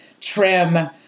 trim